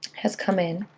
has come in.